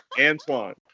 Antoine